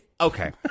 okay